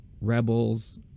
Rebels